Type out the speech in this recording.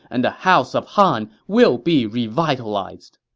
and the house of han will be revitalized.